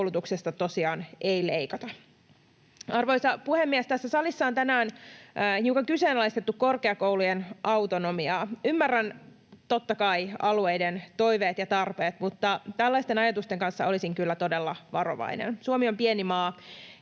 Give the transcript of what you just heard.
koulutuksesta tosiaan ei leikata. Arvoisa puhemies! Tässä salissa on tänään hiukan kyseenalaistettu korkeakoulujen autonomiaa. Ymmärrän totta kai alueiden toiveet ja tarpeet, mutta tällaisten ajatusten kanssa olisin kyllä todella varovainen. Suomi on pieni maa.